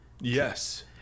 Yes